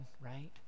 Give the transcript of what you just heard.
right